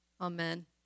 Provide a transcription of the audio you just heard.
Amen